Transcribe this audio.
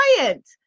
client